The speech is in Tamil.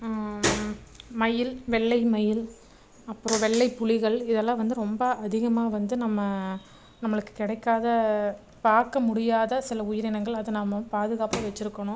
மயில் வெள்ளை மயில் அப்புறம் வெள்ளை புலிகள் இதெல்லாம் வந்து ரொம்ப அதிகமாக வந்து நம்ம நம்மளுக்கு கிடைக்காத பார்க்க முடியாத சில உயிரினங்கள் அது நம்ம பாதுகாப்பாக வெச்சு இருக்கணும்